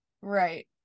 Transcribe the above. Right